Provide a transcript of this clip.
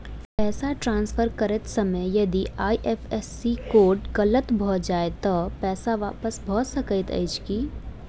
पैसा ट्रान्सफर करैत समय यदि आई.एफ.एस.सी कोड गलत भऽ जाय तऽ पैसा वापस भऽ सकैत अछि की?